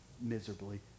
miserably